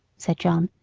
said john,